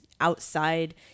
outside